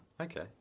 Okay